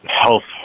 health